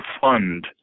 fund